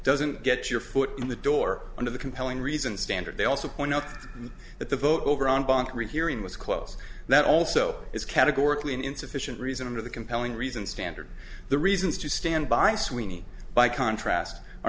doesn't get your foot in the door under the compelling reason standard they also point out that the vote over on bank rehearing was close that also is categorically an insufficient reason under the compelling reason standard the reasons to stand by sweeney by contrast